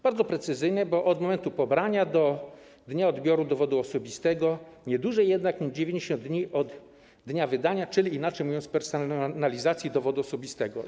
Bardzo precyzyjne, bo od momentu pobrania do dnia odbioru dowodu osobistego, nie dłużej jednak niż 90 dni od dnia wydania, czyli inaczej mówiąc, personalizacji dowodu osobistego.